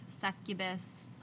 succubus